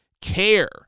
care